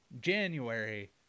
January